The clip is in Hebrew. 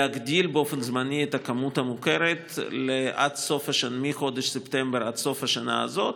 להגדיל באופן זמני את הכמות המוכרת מחודש ספטמבר עד סוף השנה הזאת,